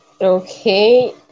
Okay